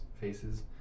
faces